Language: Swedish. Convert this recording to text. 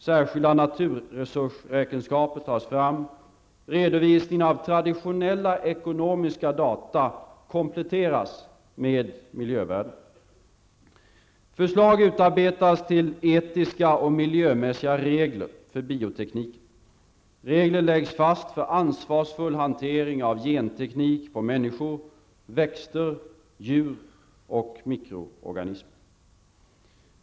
Särskilda naturresursräkenskaper tas fram. Redovisningen av traditionella ekonomiska data kompletteras med miljövärden. Förslag utarbetas till etiska och miljömässiga regler för biotekniken. Regler läggs fast för ansvarsfull hantering av genteknik beträffande människor, växter, djur och mikroorganismer.